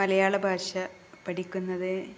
മലയാളഭാഷ പഠിക്കുന്നത്